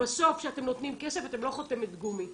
בסוף כשאתם נותנים כסף, אתם לא חותמת גומי.